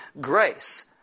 grace